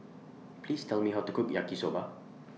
Please Tell Me How to Cook Yaki Soba